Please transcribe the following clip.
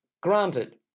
Granted